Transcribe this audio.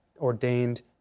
ordained